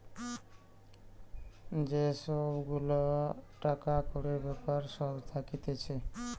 যে সব গুলা টাকা কড়ির বেপার সব থাকতিছে